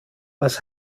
was